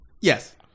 yes